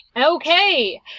Okay